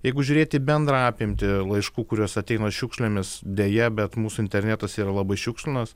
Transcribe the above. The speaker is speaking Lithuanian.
jeigu žiūrėti bendrą apimtį laiškų kuriuos ateina šiukšlėmis deja bet mūsų internetas yra labai šiukšlinas